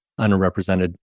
underrepresented